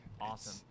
awesome